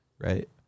right